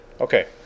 okay